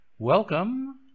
Welcome